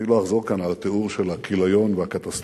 אני לא אחזור כאן על התיאור של הכיליון והקטסטרופה,